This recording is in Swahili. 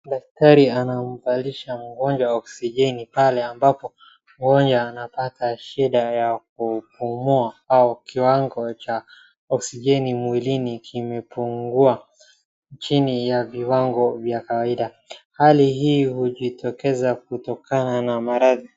Daktari anamvalisha mgonjwa oksijeni pale ambapo, mgonjwa anapata shida ya kupumua au kiwango cha oksijeni mwili kimepungua, chini ya viwango vya kawaida. Hali hii hujitokeza kutokana na maradhi.